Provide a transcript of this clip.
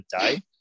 day